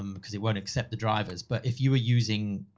um cause it won't accept the drivers. but if you are using,